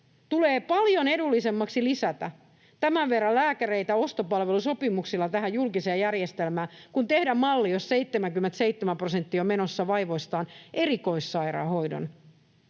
Tulee paljon edullisemmaksi lisätä tämän verran lääkäreitä ostopalvelusopimuksilla tähän julkiseen järjestelmään kuin tehdä malli, jossa 77 prosenttia on menossa vaivoistaan erikoissairaanhoidon